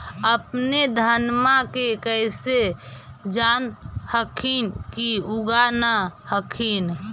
अपने धनमा के कैसे जान हखिन की उगा न हखिन?